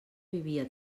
vivia